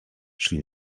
szli